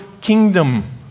kingdom